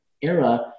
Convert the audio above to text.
era